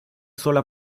sola